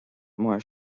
mar